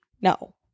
no